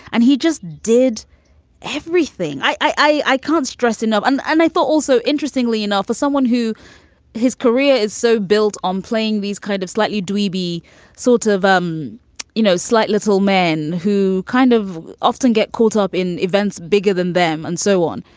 and he just did everything. i i can't stress enough. and and i thought also, interestingly enough, for someone who his career is so built on playing these kind of slightly dweeby sort of, um you know, slight little man who kind of often get caught up in events bigger than them and so on.